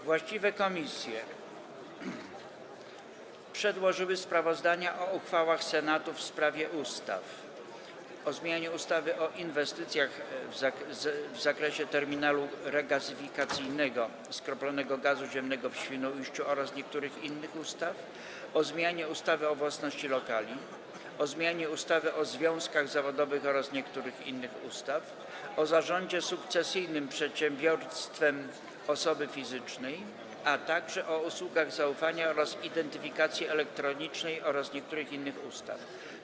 Właściwe komisje przedłożyły sprawozdania o uchwałach Senatu w sprawie ustaw: - o zmianie ustawy o inwestycjach w zakresie terminalu regazyfikacyjnego skroplonego gazu ziemnego w Świnoujściu oraz niektórych innych ustaw, - o zmianie ustawy o własności lokali, - o zmianie ustawy o związkach zawodowych oraz niektórych innych ustaw, - o zarządzie sukcesyjnym przedsiębiorstwem osoby fizycznej, - o usługach zaufania oraz identyfikacji elektronicznej oraz niektórych innych ustaw.